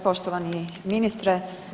Poštovani ministre.